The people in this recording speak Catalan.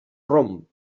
romp